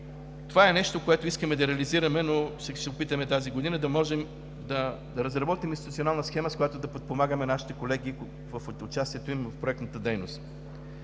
Това е нещо, което искаме да реализираме, но ще се опитаме тази година да можем да разработим институционална схема, с която да подпомагаме нашите колеги в участието им в проектната дейност.